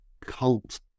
cult